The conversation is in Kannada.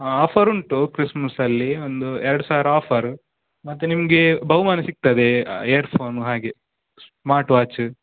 ಆಫರ್ ಉಂಟು ಕ್ರಿಸ್ಮಸ್ ಅಲ್ಲಿ ಒಂದು ಎರಡು ಸಾವಿರ ಆಫರ್ ಮತ್ತು ನಿಮಗೆ ಬಹುಮಾನ ಸಿಗ್ತದೆ ಇಯರ್ ಫೋನು ಹಾಗೆ ಸ್ಮಾರ್ಟ್ ವಾಚ್